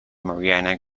marina